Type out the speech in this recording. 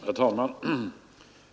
Herr talman!